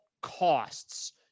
costs